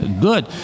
Good